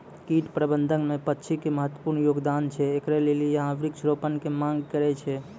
कीट प्रबंधन मे पक्षी के महत्वपूर्ण योगदान छैय, इकरे लेली यहाँ वृक्ष रोपण के मांग करेय छैय?